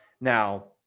Now